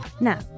Now